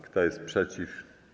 Kto jest przeciw?